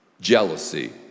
Jealousy